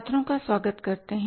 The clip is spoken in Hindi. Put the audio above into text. छात्रों का स्वागत करते हैं